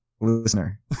listener